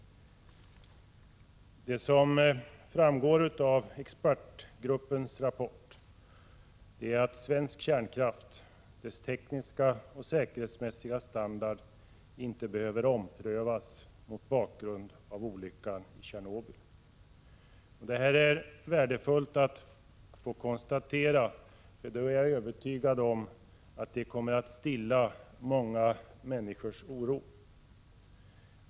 Det som framgår av expertgruppens rapport är att svensk kärnkraft — dess tekniska och säkerhetsmässiga standard — inte behöver omprövas efter olyckan i Tjernobyl. Det är värdefullt att få detta konstaterat. Och jag är övertygad om att det kommer att stilla många människors oro.